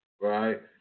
right